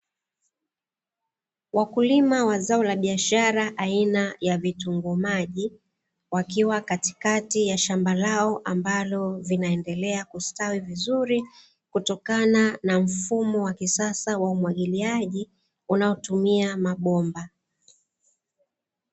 Wakulima wa zao la biashara aina ya vitunguu maji, wakiwa katikati ya shamba lao ambalo vinaendelea kustawi vizuri, kutokana na mfumo wa kisasa wa umwagiliaji unaotumia mabomba.